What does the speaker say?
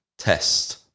test